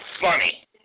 funny